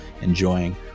enjoying